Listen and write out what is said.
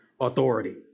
authority